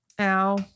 Ow